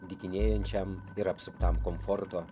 dykinėjančiam ir apsuptam komforto